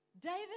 David